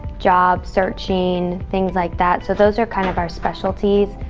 job searching, things like that. so those are kind of our specialties.